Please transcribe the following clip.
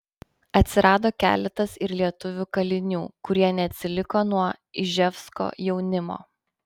atsirado keletas ir lietuvių kalinių kurie neatsiliko nuo iževsko jaunimo